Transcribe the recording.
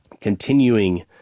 Continuing